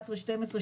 2011,2012,